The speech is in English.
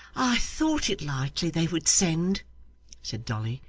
i thought it likely they would send said dolly,